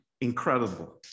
Incredible